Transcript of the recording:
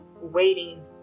waiting